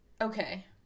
Okay